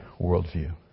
worldview